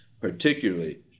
particularly